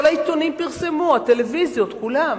כל העיתונים פרסמו, הטלוויזיות, כולם.